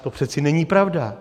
To přece není pravda.